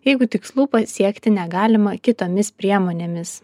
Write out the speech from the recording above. jeigu tikslų pasiekti negalima kitomis priemonėmis